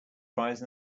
prize